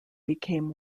became